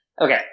Okay